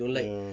ya